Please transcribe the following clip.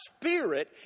Spirit